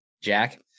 jack